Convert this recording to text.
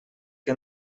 que